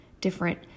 different